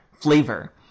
flavor